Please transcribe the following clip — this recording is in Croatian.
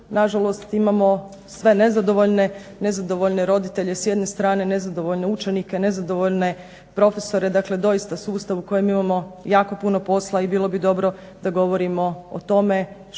na žalost imamo sve nezadovoljne roditelje s jedne strane, nezadovoljne učenike, nezadovoljne profesore. Dakle, doista sustav u kojem imamo jako puno posla i bilo bi dobro da govorimo o tome što